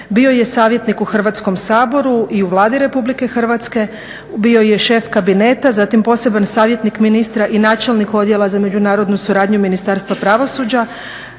Bio je savjetnik u Hrvatskom saboru i u Vladi Republike Hrvatske, bio je šef Kabineta, zatim poseban savjetnik ministra i načelnik odjela za međunarodnu suradnju Ministarstva pravosuđa